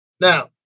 Now